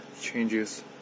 changes